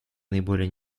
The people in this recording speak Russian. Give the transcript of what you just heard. наиболее